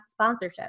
sponsorships